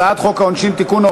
הצעת חוק העונשין (תיקון,